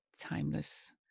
timeless